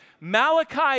Malachi